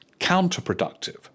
counterproductive